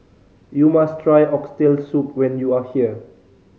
you must try Oxtail Soup when you are here